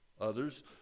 others